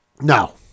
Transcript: No